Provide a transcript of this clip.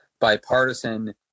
bipartisan